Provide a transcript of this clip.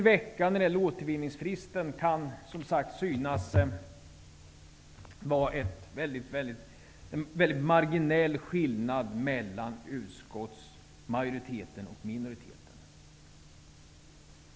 Det är, som sagt, sant att en skillnad om en vecka när det gäller utskottsmajoritetens och - minoritetens förslag om återvinningsfristen kan synas vara högst marginell.